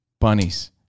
bunnies